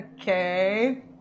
okay